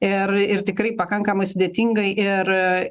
ir ir tikrai pakankamai sudėtingai ir